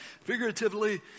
figuratively